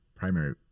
primary